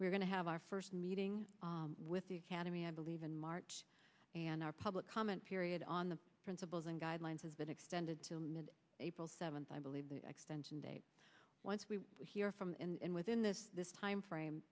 we're going to have our first meeting with the academy i believe in march and our public comment period on the principles and guidelines has been extended till mid april seventh i believe the extension date once we hear from and within that timeframe